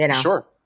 Sure